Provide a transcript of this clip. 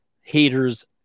haters